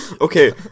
Okay